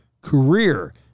career